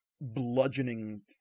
bludgeoning